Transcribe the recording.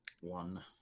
One